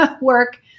work